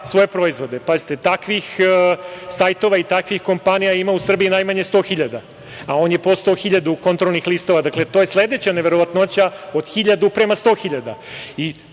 svoje proizvode. Pazite, takvih sajtova i takvih kompanija ima u Srbiji najmanje 100.000, a on je poslao 1.000 kontrolnih listova. Dakle, to je sledeća neverovatnoća od 1.000:100.000.Treća